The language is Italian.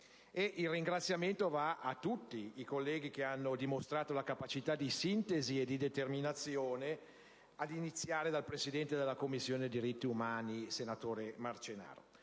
Il ringraziamento va a tutti i colleghi che hanno dimostrato capacità di sintesi e di determinazione, ad iniziare dal presidente della Commissione dei diritti umani, senatore Marcenaro.